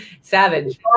Savage